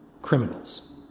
Criminals